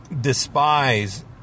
despise